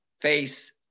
face